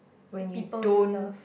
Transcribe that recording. when you don't